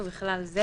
ובכלל זה